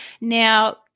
Now